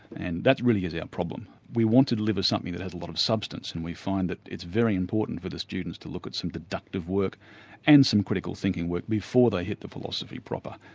and that really is our problem. we want to deliver something that has a lot of substance, and we find that it's very important for the students to look at some deductive work and some critical thinking work before they hit the philosophy proper.